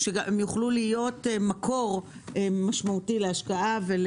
שיוכלו להיות מקור משמעותי להשקעה.